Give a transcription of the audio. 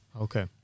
okay